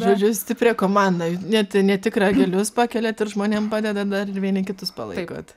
žodžiu stiprią komandą ne ne tik ragelius pakeliat ir žmonėm padedat dar ir vieni kitus palaikot